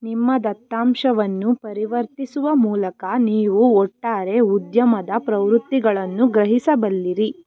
ನಿಮ್ಮ ದತ್ತಾಂಶವನ್ನು ಪರಿವರ್ತಿಸುವ ಮೂಲಕ ನೀವು ಒಟ್ಟಾರೆ ಉದ್ಯಮದ ಪ್ರವೃತ್ತಿಗಳನ್ನು ಗ್ರಹಿಸಬಲ್ಲಿರಿ